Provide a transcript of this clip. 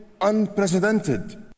unprecedented